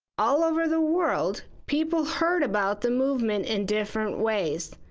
all over the world, people heard about the movement in different ways.